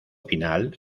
final